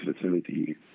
facility